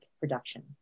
production